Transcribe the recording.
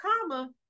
comma